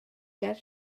ger